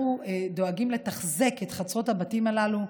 אנחנו דואגים לתחזק את חצרות הבתים הללו,